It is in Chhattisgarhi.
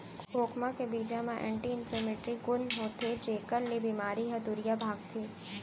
खोखमा के बीजा म एंटी इंफ्लेमेटरी गुन होथे जेकर ले बेमारी ह दुरिहा भागथे